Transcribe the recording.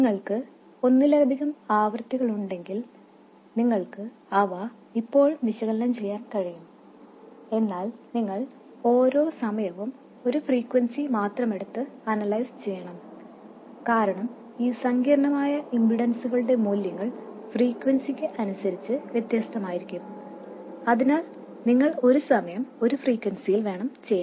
നിങ്ങൾക്ക് ഒന്നിലധികം ആവൃത്തികളുണ്ടെങ്കിൽ നിങ്ങൾക്ക് അവ ഇപ്പോഴും വിശകലനം ചെയ്യാൻ കഴിയും എന്നാൽ നിങ്ങൾ ഓരൊ സമയവും ഒരു ഫ്രീക്വെൻസി മാത്രമെടുത്ത് വിശകലനം ചെയ്യണം കാരണം ഈ സങ്കീർണ്ണമായ ഇംപിഡെൻസുകളുടെ മൂല്യങ്ങൾ ഫ്രീക്വെൻസിക്ക് അനുസരിച്ച് വ്യത്യസ്തമായിരിക്കും അതിനാൽ നിങ്ങൾ ഒരു സമയം ഒരു ഫ്രീക്വൻസിയിൽ വേണം ചെയ്യാൻ